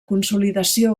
consolidació